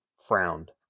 Frowned